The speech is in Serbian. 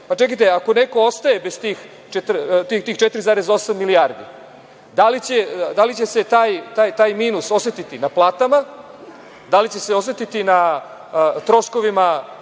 čekajte ako neko ostaje bez tih 4,8 milijardi, da li će se taj minus osetiti na platama, da li će se osetiti na troškovima